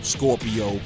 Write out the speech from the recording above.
Scorpio